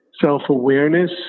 self-awareness